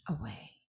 away